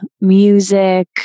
music